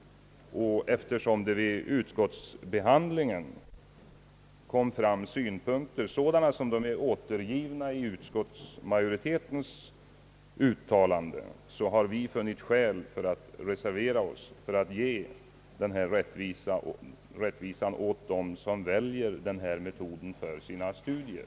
Eftersom det vid utskottsbehandlingen kom fram sådana synpunkter som är återgivna i utskottsmajoritetens uttalande, har vi funnit skäl för att reservera oss i syfte att ge rättvisa åt dem som väljer denna metod för sina studier.